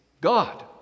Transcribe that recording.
God